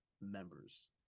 members